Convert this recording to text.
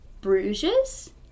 Bruges